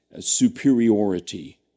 superiority